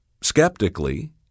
skeptically